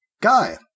Guy